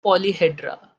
polyhedra